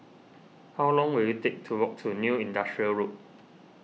how long will it take to walk to New Industrial Road